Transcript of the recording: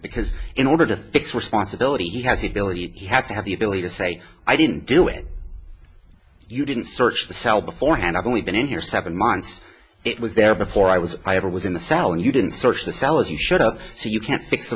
because in order to fix responsibility he has he believe he has to have the ability to say i didn't do it you didn't search the cell beforehand i've only been in here seven months it was there before i was i ever was in the south and you didn't search the cell as you showed up so you can't fix the